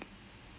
mm